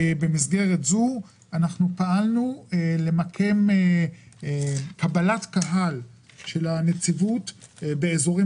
לכן פעלנו למקם קבלת קהל של הנציבות באזורים